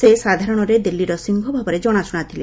ସେ ସାଧାରଣରେ ଦିଲ୍ଲୀର ସିଂହ ଭାବେ ଜଣାଶୁଣା ଥିଲେ